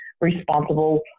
responsible